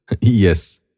yes